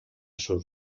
sur